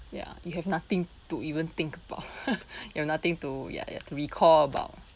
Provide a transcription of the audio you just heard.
ya you have nothing to even think about you've nothing to ya ya to recall about